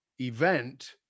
event